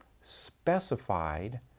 specified